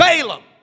Balaam